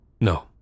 No